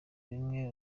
bimwe